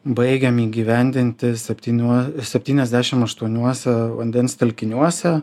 baigiam įgyvendinti septyniuo septyniasdešim aštuoniuose vandens telkiniuose